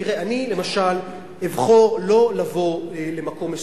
תראה, אני למשל אבחר לא לבוא למקום מסוים,